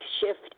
shift